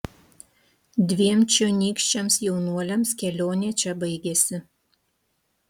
dviem čionykščiams jaunuoliams kelionė čia baigėsi